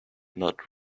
not